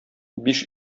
биш